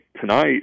tonight